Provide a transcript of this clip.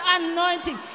anointing